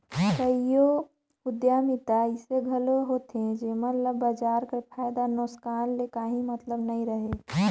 कइयो उद्यमिता अइसे घलो होथे जेमन ल बजार कर फयदा नोसकान ले काहीं मतलब नी रहें